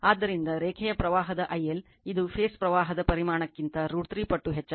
ಆದ್ದರಿಂದ ರೇಖೆಯ ಪ್ರವಾಹದ IL ಇದು ಫೇಸ್ ಪ್ರವಾಹದ ಪರಿಮಾಣಕ್ಕಿಂತ √3 ಪಟ್ಟು ಹೆಚ್ಚಾಗಿದೆ